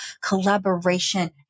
Collaboration